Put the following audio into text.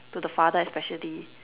to the father especially